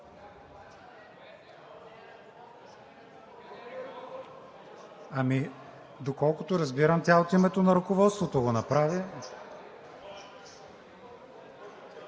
Доколкото разбирам, тя от името на ръководството го направи.